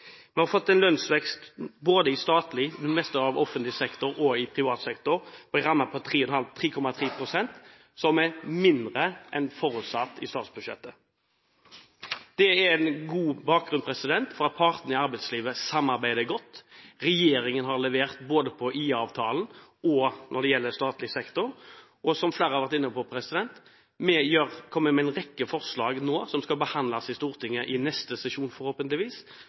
Vi har fått en lønnsvekst både i statlig og det meste av offentlig sektor og i privat sektor med en ramme på 3,3 pst., som er mindre enn forutsatt i statsbudsjettet. Det er en god bakgrunn for at partene i arbeidslivet samarbeider godt. Regjeringen har levert både på IA-avtalen og når det gjelder statlig sektor. Og som flere har vært inne på, kommer vi nå med en rekke forslag som skal behandles i Stortinget i neste sesjon – forhåpentligvis